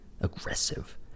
aggressive